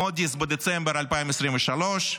מודי'ס, בדצמבר 2023,